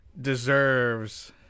deserves